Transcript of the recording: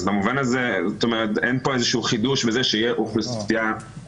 אז אין פה חידוש בזה שתהיה אוכלוסייה